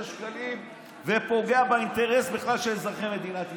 שקלים ופוגע בכלל באינטרס של אזרחי מדינת ישראל.